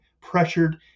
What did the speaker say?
pressured